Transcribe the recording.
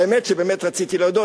האמת היא שבאמת רציתי להודות,